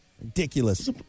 ridiculous